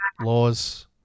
Laws